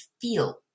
feel